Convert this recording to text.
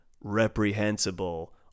reprehensible